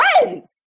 friends